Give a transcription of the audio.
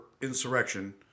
insurrection